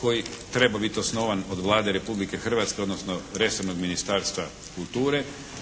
koji treba biti osnovan od Vlade Republike Hrvatske, odnosno resornog Ministarstva kulture